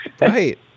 Right